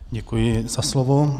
Děkuji za slovo.